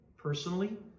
personally